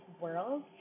world